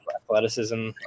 athleticism